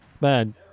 man